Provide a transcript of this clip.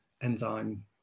enzyme